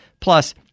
Plus